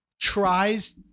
tries—